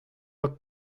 boa